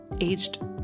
aged